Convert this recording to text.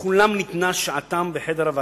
ולכולם ניתנה שעתם בחדר הוועדה.